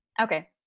Okay